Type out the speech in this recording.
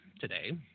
today